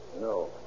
No